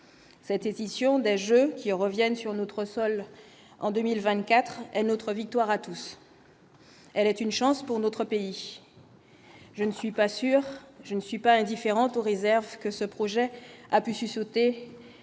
cette édition des Jeux qui reviennent sur notre sol en 2024 et notre victoire à tous. Elle est une chance pour notre pays, je ne suis pas sûr, je ne suis pas indifférente aux réserves que ce projet a pu sauter